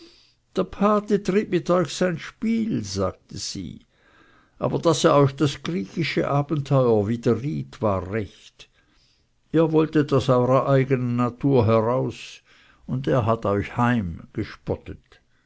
der pate trieb mit euch sein spiel sagte sie aber daß er euch das griechische abenteuer widerriet war recht ihr wolltet aus eurer eigenen natur heraus und er hat euch